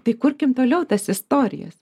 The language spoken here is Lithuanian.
tai kurkim toliau tas istorijas